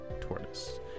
tortoise